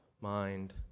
mind